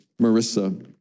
Marissa